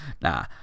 Nah